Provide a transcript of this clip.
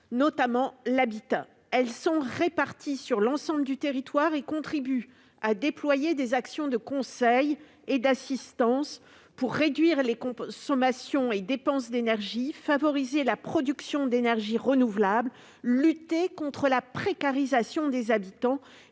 notamment l'habitat. Elles sont réparties sur l'ensemble du territoire national et contribuent à déployer des actions de conseil et d'assistance pour réduire les consommations et dépenses d'énergie, favoriser la production d'énergies renouvelables, lutter contre la précarisation des habitats